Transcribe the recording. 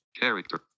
character